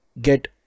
get